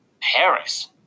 Paris